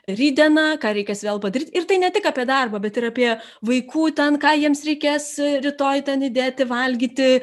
rytdieną ką reikės vėl padaryti ir tai ne tik apie darbą bet ir apie vaikų ten ką jiems reikės rytoj ten įdėti valgyti